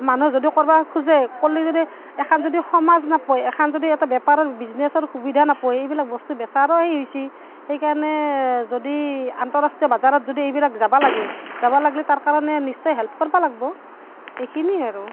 মানুহ যদিও কৰিব খোজে কৰিলে যদি এখন যদি সমাজ নাপায় এখন যদি এটা বেপাৰৰ বিজনেছৰ সুবিধা নাপায় এইবিলাক বস্তু বেচাৰো সেই হৈছে সেইকাৰণে যদি আন্তঃৰাষ্ট্ৰীয় বজাৰত যদি এইবিলাক যাব লাগে যাব লাগিলে তাৰ কাৰণে নিশ্চয় হেল্প কৰিব লাগিব এইখিনিয়ে আৰু